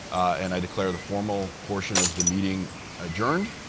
and i declare the formal portion of the meeting adjourned.